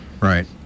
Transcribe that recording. Right